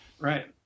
Right